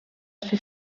ser